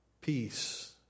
Peace